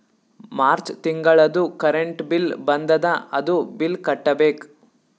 March ತಿಂಗಳದೂ current bill ಬಂದದ, ಅದೂ ಬಿಲ್ ಕಟ್ಟಬೇಕ್